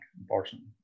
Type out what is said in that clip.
unfortunately